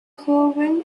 joven